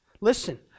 listen